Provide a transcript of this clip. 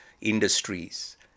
industries